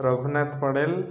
Raghunath Padel